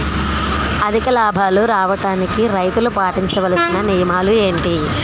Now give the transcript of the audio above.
అధిక లాభాలు రావడానికి రైతులు పాటించవలిసిన నియమాలు ఏంటి